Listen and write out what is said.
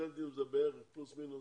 סטודנטים זה בערך פלוס מינוס